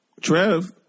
Trev